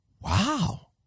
wow